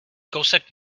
kousek